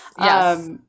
Yes